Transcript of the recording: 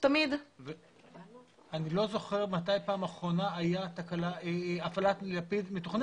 כשהדיון האחרון היה לפני חודש.